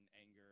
anger